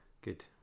Good